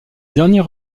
dernier